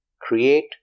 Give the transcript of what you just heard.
create